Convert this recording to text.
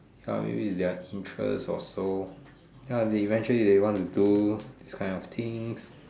okay maybe its their interest or so ya eventually they want to do this kind of things